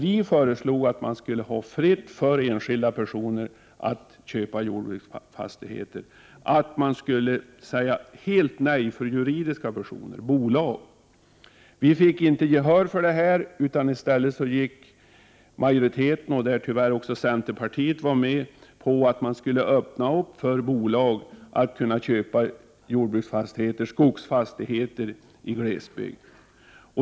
Vi föreslog att det skulle vara fritt för enskilda personer att köpa jordbruksfastigheter och att man skulle säga helt nej för jurdiska personer — bolag. Vi fick inte gehör för detta. I stället ville majoriteten, där tyvärr också centerpartiet var med, att bolag skulle kunna köpa skogsfastigheter i glesbygd.